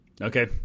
Okay